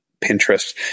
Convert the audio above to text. Pinterest